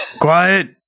quiet